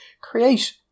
create